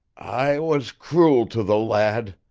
i was cruel to the lad,